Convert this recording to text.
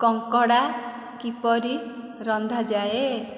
କଙ୍କଡ଼ା କିପରି ରନ୍ଧାଯାଏ